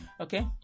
okay